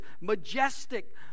majestic